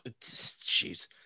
jeez